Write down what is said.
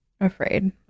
Afraid